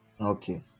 Okay